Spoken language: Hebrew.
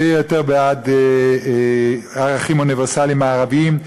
שיהיה יותר בעד ערכים אוניברסליים מערביים,